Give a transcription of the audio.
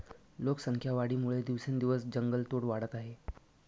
लोकसंख्या वाढीमुळे दिवसेंदिवस जंगलतोड वाढत आहे